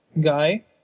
guy